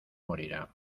morirá